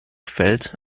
feld